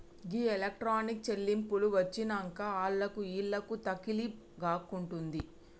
గీ electronic చెల్లింపులు వచ్చినంకనే ఆళ్లకు ఈళ్లకు తకిలీబ్ గాకుంటయింది